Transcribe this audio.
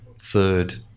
third